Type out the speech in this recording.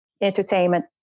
entertainment